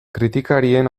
kritikarien